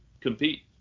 compete